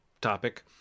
topic